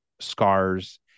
scars